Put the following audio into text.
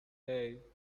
hey